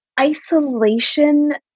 isolation